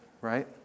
Right